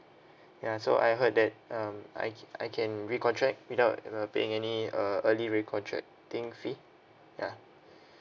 ya so I heard that um I I can recontract without you know paying any uh early recontracting fee ya